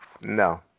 No